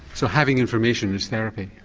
so having information is therapy?